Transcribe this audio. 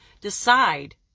decide